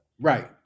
Right